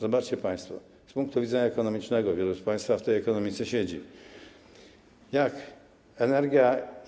Zobaczcie państwo, z punktu widzenia ekonomicznego, wielu z państwa w tej ekonomice siedzi, jak energia.